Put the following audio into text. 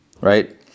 Right